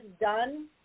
done